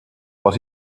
but